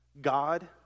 God